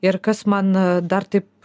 ir kas man dar taip